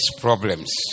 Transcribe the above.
problems